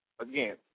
again